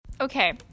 Okay